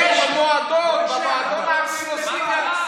יישאר יהודי,